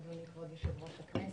אדוני, כבוד-יושב ראש הכנסת,